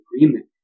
agreement